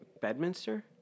Bedminster